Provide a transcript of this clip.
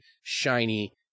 shiny